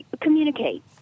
communicate